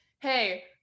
Hey